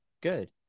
Good